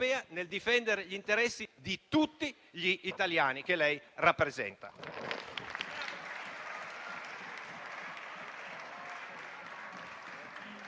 europea nel difendere gli interessi di tutti gli italiani, che lei rappresenta.